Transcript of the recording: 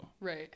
Right